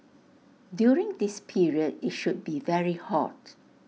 during this period IT should be very hot